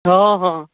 हाँ हाँ